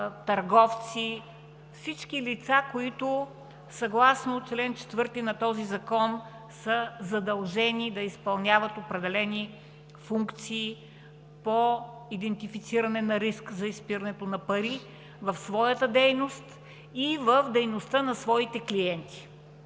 търговци, всички лица, които съгласно чл. 4 на този закон са задължени да изпълняват определени функции по идентифициране на риск за изпирането на пари в своята дейност и в дейността на своите клиенти.